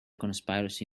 conspiracy